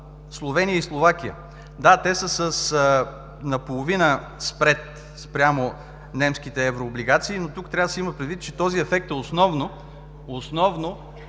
Словения и Словакия, да, те са с наполовина спред спрямо немските еврооблигации, но тук трябва да се има предвид, че този ефект е основно